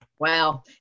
Wow